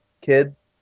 kids